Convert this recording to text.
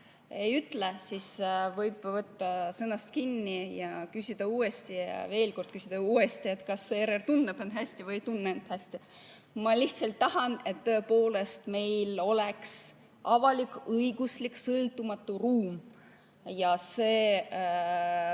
ei ütle, võib võtta sõnast kinni ja küsida uuesti ja küsida veel kord uuesti, et kas ERR tunneb end hästi või ei tunne end hästi. Ma lihtsalt tahan, et meil oleks avalik-õiguslik sõltumatu ruum. See